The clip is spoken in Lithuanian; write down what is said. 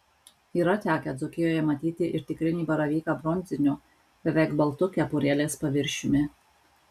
yra tekę dzūkijoje matyti ir tikrinį baravyką bronziniu beveik baltu kepurėlės paviršiumi